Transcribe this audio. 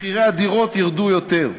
מחירי הדירות ירדו יותר.